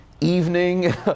evening